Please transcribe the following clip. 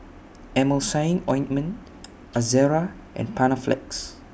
Emulsying Ointment Ezerra and Panaflex